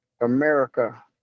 America